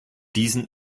diesen